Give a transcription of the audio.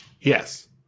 Yes